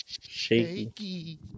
shaky